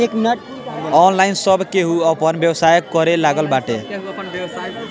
online अब सभे केहू आपन व्यवसाय करे लागल बाटे